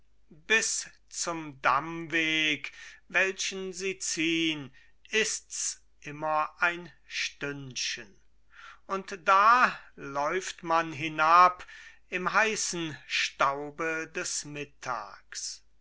bis zum dammweg welchen sie ziehn ist's immer ein stündchen und da läuft man hinab im heißen staube des mittags